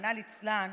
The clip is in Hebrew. רחמנא ליצלן,